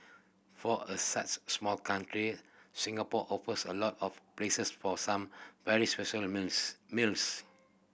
for a such small country Singapore offers a lot of places for some very special meals meals